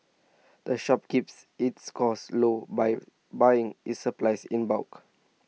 the shop keeps its costs low by buying its supplies in bulk